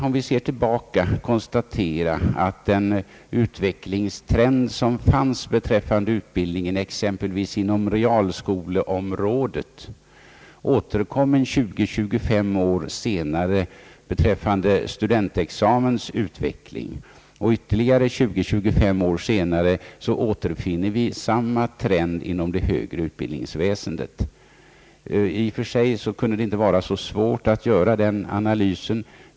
Om vi ser tillbaka kan vi konstatera att den trend som på sin tid fanns exempelvis på realskoleområdet återkom 20 —25 år senare beträffande studentexamen. Ytterligare 20—25 år senare återfinner vi samma trend inom det högre utbildningsväsendet. I och för sig kan det inte vara så svårt att göra en analys.